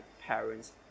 parents